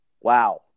wow